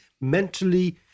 mentally